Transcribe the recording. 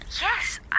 Yes